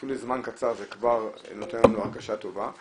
אפילו לזמן קצר זה נותן לנו הרגשה טובה,